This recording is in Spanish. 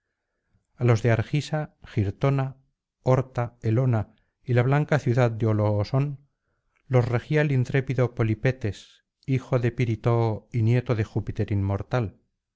a los de argisa girtona orta elona y la blanca ciudad de oloosón los regía el intrépido pohpetes hijo de piritoo y nieto de júpiter inmortal